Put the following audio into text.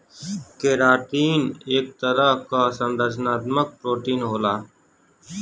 keratin एक तरह क संरचनात्मक प्रोटीन होला